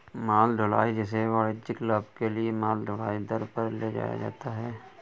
माल ढुलाई, जिसे वाणिज्यिक लाभ के लिए माल ढुलाई दर पर ले जाया जाता है